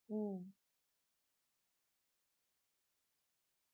mm